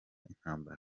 intambara